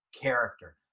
character